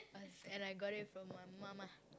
and I got it from my mama